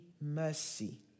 mercy